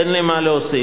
אין לי מה להוסיף.